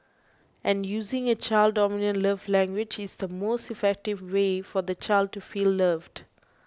and using a child's dominant love language is the most effective way for the child to feel loved